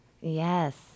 Yes